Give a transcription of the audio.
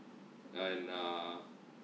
and ah